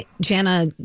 Jana